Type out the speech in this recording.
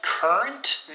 Current